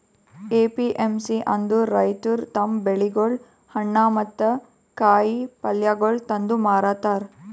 APMC ಅಂದುರ್ ರೈತುರ್ ತಮ್ ಬೆಳಿಗೊಳ್, ಹಣ್ಣ ಮತ್ತ ಕಾಯಿ ಪಲ್ಯಗೊಳ್ ತಂದು ಮಾರತಾರ್